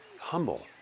humble